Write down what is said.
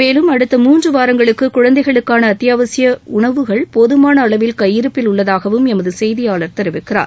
மேலும் அடுத்த மூன்று வாரங்களுக்கு குழந்தைகளுக்கான அத்தியாவசிய உணவுகள் போதுமான அளவில் கையிருப்பில் உள்ளதாகவும் எமது செய்தியாளர் தெரிவிக்கிறார்